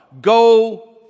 Go